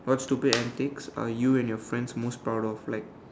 what stupid antics are you and your friends most proud of like like